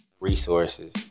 resources